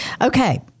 Okay